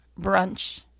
brunch